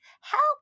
help